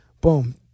boom